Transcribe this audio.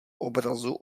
obrazu